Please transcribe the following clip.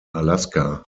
alaska